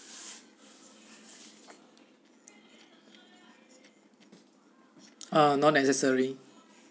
uh not necessary